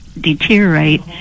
deteriorate